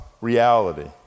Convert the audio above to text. reality